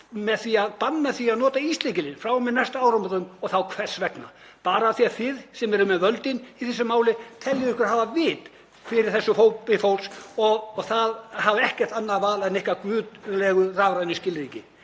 banna því að nota íslykilinn frá og með næstu áramótum. Hvers vegna? Bara af því að þið sem eruð með völdin í þessu máli teljið ykkur hafa vit fyrir þessum hópi fólks og það hafi ekkert annað val en ykkar guðlegu rafrænu skilríki.